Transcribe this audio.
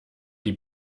die